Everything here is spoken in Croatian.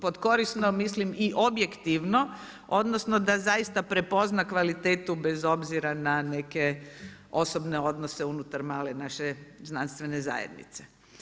Pod korisno mislim i objektivno, odnosno da zaista prepozna kvalitetu bez obzira na neke osobne odnose unutar male naše znanstvene zajednice.